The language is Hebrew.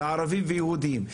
לערבים וליהודים.